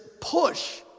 push